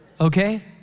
Okay